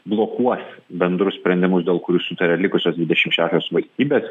blokuos bendrus sprendimus dėl kurių sutaria likusios dvidešim šešios valstybės